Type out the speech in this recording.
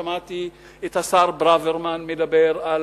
שמעתי את השר ברוורמן מדבר על